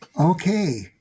Okay